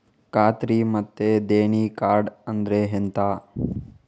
ಖಾತ್ರಿ ಮತ್ತೆ ದೇಣಿ ಕಾರ್ಡ್ ಅಂದ್ರೆ ಎಂತ?